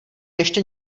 ještě